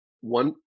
one